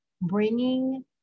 bringing